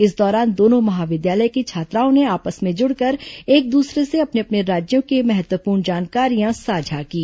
इस दौरान दोनों महाविद्यालय की छात्राओं ने आपस में जुड़कर एक दूसरे से अपने अपने राज्यों की महत्वपूर्ण जानकारियां साझा कीं